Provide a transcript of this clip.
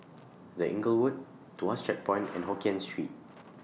The Inglewood Tuas Checkpoint and Hokien Street